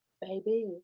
baby